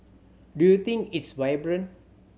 do you think it's vibrant